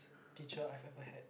teacher I've ever had